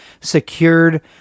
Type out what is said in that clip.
secured